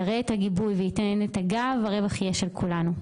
יראה את הגיבוי ויתאם את הגב הרווח יהיה של כולנו.